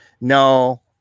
No